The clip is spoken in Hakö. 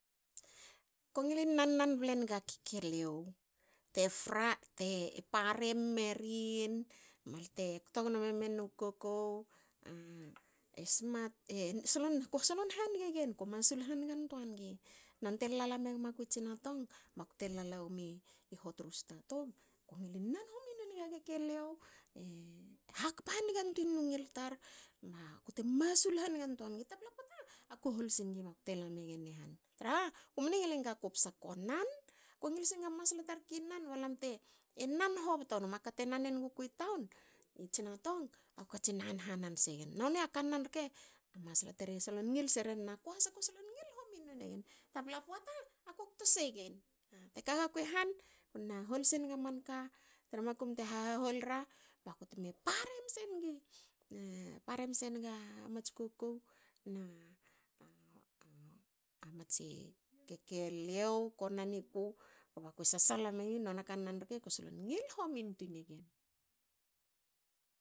Ko ngilin nan- nan ble nga kekeliou te frai parem merin balte balte kto gnomemin u kokou. e solon smat ne. ko solon hange gen. ko solon masal hange n toangi. nonte lala megaku i tsinatong bakte lala gmi hot rusta tum. ko ngilin nan hominwe nga kekeliou. e hakpa hangen tuinu ngil tar naku te masul hangentoa ngi. Tapla pota ko hol singi bakute lamegen i han traha kumne ngil enga kupsa ko nan. ko ngil senga masla tar ki nan ba lam te nan hobto num. A kate nan e nuguku i taun. i tsinatong ako katsin han hanan segen. A noni a kannan rke a masla tar e solon ngil seren. naku has akue solon ngilin nan homin wine gen. tapla poata ako kto segen. Te kaga ku i han. na hol senga manka tra makum te hahal ra baku te me parem sengi parem senga mats kokou na matsi kekelio ko naniku kba kue sasala megin nona kannan rke kue solon ngil homin tui negen